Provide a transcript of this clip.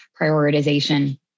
prioritization